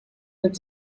mit